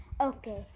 Okay